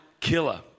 killer